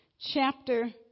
chapter